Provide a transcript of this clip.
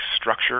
structure